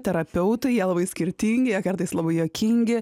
terapeutai jie labai skirtingi jie kartais labai juokingi